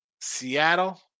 Seattle